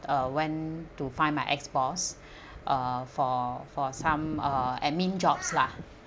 uh when to find my ex boss uh for for some uh admin jobs lah